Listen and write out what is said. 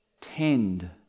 tend